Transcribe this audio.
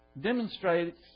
demonstrates